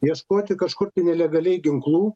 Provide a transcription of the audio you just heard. ieškoti kažkur tai nelegaliai ginklų